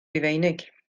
rufeinig